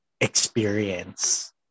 experience